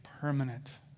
permanent